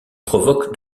provoquent